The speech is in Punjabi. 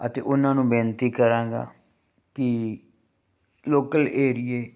ਅਤੇ ਉਹਨਾਂ ਨੂੰ ਬੇਨਤੀ ਕਰਾਂਗਾ ਕਿ ਲੋਕਲ ਏਰੀਏ